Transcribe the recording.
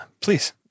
Please